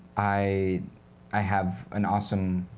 i i have an awesome